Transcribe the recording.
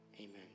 Amen